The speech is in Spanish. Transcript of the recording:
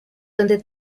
donde